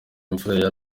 imvura